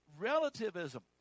relativism